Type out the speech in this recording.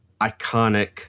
iconic